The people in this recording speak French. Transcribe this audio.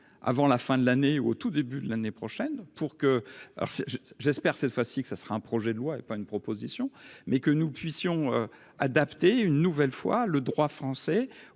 avant la fin de l'année ou au tout début de l'année prochaine pour que alors j'espère cette fois-ci que ça sera un projet de loi est pas une proposition, mais que nous puissions adapté une nouvelle fois le droit français